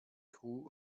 crew